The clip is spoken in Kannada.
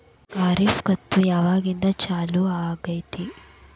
ಖಾರಿಫ್ ಋತು ಯಾವಾಗಿಂದ ಚಾಲು ಆಗ್ತೈತಿ?